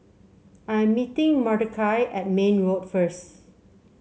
I'm meeting Mordechai at Mayne Road first